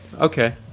okay